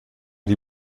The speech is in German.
die